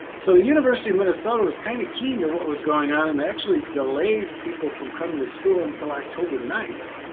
so the university of minnesota was kind of keen to what was going on and actually delayed people from coming to school until october ninth.